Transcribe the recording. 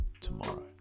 tomorrow